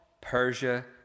Persia